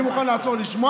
אני מוכן לעצור, לשמוע.